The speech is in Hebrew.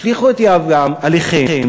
השליכו את יהבם עליכם